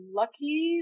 lucky